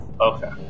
Okay